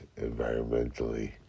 environmentally